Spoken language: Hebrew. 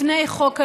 לפני חוק הלאום.